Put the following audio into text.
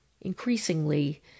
increasingly